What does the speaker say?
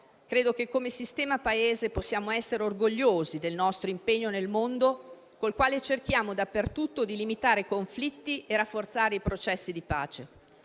Credo che, come sistema Paese, possiamo essere orgogliosi del nostro impegno nel mondo, col quale cerchiamo dappertutto di limitare i conflitti e rafforzare i processi di pace.